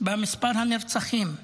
במספר הנרצחים.